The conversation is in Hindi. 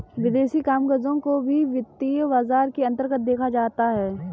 विदेशी कामकजों को भी वित्तीय बाजार के अन्तर्गत देखा जाता है